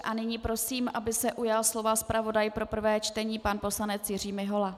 A nyní prosím, aby se ujal slova zpravodaj pro prvé čtení pan poslanec Jiří Mihola.